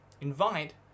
Invite